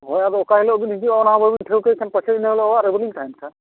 ᱦᱳᱭ ᱟᱫᱚ ᱚᱠᱟ ᱦᱤᱞᱳᱜ ᱵᱤᱱ ᱦᱤᱡᱩᱜᱼᱟ ᱚᱱᱟᱦᱚᱸ ᱵᱟᱹᱵᱤᱱ ᱴᱷᱟᱹᱶᱠᱟᱹᱭ ᱠᱷᱟᱱ ᱯᱟᱪᱮᱫ ᱤᱱᱟᱹ ᱦᱤᱞᱳᱜ ᱚᱲᱟᱜ ᱨᱮ ᱵᱟᱹᱵᱤᱱ ᱛᱟᱦᱮᱱ ᱠᱷᱟᱱ